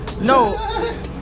No